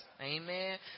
amen